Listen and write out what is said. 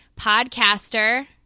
podcaster